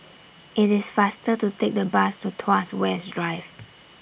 IT IS faster to Take The Bus to Tuas West Drive